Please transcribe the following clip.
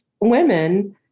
women